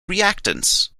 reactants